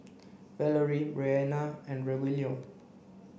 Valorie Bryanna and Rogelio